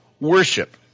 worship